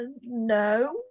no